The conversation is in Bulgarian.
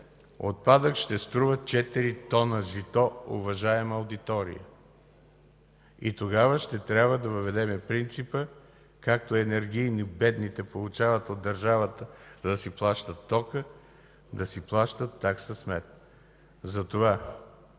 отпадък ще струва четири тона жито, уважаема аудитория! И тогава ще трябва да въведем принципа „както бедните получават от държавата помощ, за да си плащат тока, да си плащат и такса смет”. Затова